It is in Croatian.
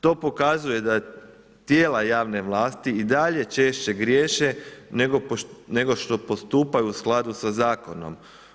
To pokazuje da tijela javne vlasti i dalje češće griješe, nego što postupaju u skladu sa zakonom.